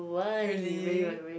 really